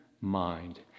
mind